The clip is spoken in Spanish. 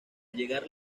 llegar